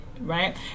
right